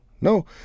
No